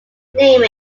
name